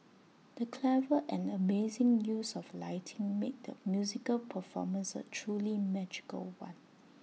the clever and amazing use of lighting made the musical performance A truly magical one